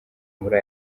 muri